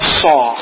saw